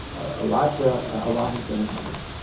ah lot but ah lot has been accomplished.